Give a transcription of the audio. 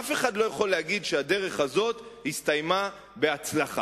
אף אחד לא יכול להגיד שהדרך הזאת הסתיימה בהצלחה.